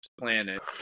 planet